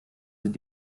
sind